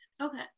Okay